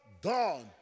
done